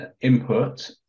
input